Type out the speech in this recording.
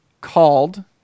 called